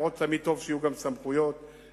גם אם תמיד טוב שיהיו גם סמכויות בנושא.